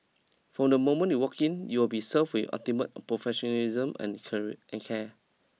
from the moment you walk in you will be served with ultimate professionalism and carry and care